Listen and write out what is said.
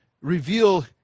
reveal